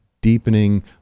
deepening